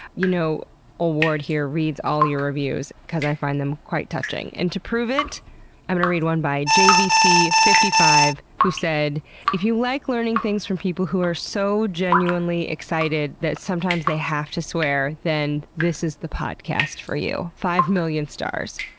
you know ol' ward here reads all your reviews because i find them quite touching. and to prove it, i'm going to read one by j v c five five, who said if you like learning things from people who are so genuinely excited that sometimes they have to swear, then this is the podcast for you. five million stars.